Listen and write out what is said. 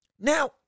Now